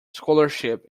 scholarship